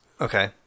Okay